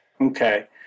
Okay